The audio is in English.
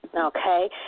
Okay